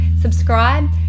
subscribe